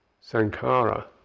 sankara